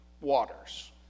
Waters